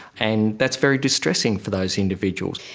and that's very distressing for those individuals.